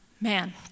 man